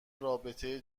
رابطه